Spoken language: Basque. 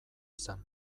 izan